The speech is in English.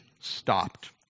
stopped